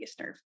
nerve